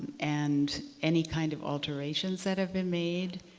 and any kind of alterations that have been made.